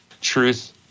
truth